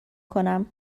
کنم